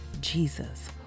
Jesus